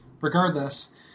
regardless